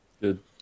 Good